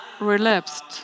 relapsed